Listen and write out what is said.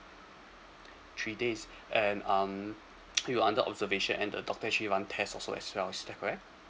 three days and um you under observation and the doctor actually run test also as well is that correct